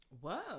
Whoa